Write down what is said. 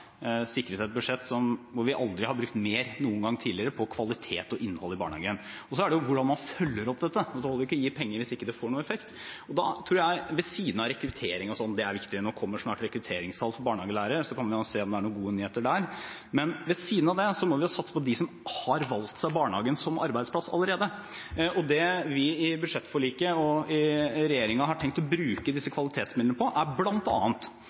sikret et budsjett hvor vi bruker mer på kvalitet og innhold i barnehagen enn noen gang tidligere. Så er det hvordan man følger opp dette. Det holder ikke å gi penger hvis det ikke får noen effekt. Da tror jeg at ved siden av rekruttering – det er viktig, nå kommer snart rekrutteringstall for barnehagelærere, og så kan man se om det er noen gode nyheter der – må vi satse på dem som allerede har valgt seg barnehagen som arbeidsplass. Det vi i budsjettforliket og i regjeringen har tenkt å bruke disse kvalitetsmidlene til, er